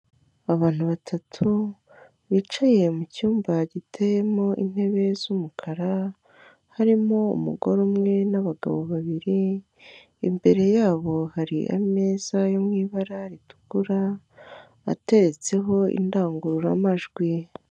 Abantu batatu bicaye mu cyumba giteyemo intebe z'umukara, harimo umugore umwe n'abagabo babiri, imbere yabo hari ameza yo mu ibara ritukura ateretseho indangururamajwi.